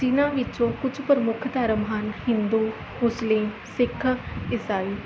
ਜਿਨ੍ਹਾਂ ਵਿੱਚੋਂ ਕੁਝ ਪ੍ਰਮੁੱਖ ਧਰਮ ਹਨ ਹਿੰਦੂ ਮੁਸਲਿਮ ਸਿੱਖ ਇਸਾਈ